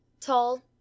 tall